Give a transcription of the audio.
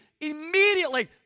immediately